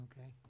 Okay